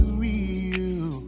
real